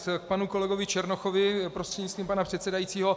K panu kolegovi Černochovi, prostřednictvím pana předsedajícího.